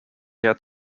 had